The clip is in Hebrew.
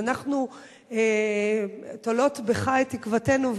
אז אנחנו תולות בך את תקוותנו,